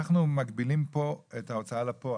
אנחנו מגבילים פה את ההוצאה לפועל,